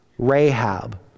Rahab